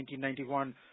1991